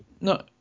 no